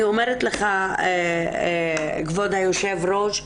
אני אומרת לך, כבוד היושב-ראש,